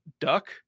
duck